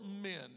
men